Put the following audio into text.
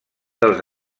dels